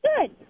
good